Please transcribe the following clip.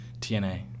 TNA